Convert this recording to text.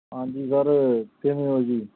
ਹਾਂਜੀ ਸਰ ਕਿਵੇਂ ਹੋ ਜੀ